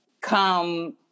come